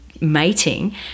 mating